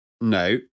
no